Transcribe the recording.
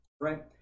right